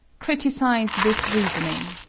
criticise this reasoning